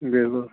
بلکل